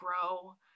grow